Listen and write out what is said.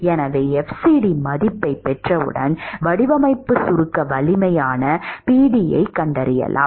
எனவே fcd மதிப்பைப் பெற்றவுடன் வடிவமைப்பு சுருக்க வலிமை Pd ஐக் கண்டறியலாம்